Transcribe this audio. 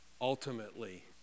ultimately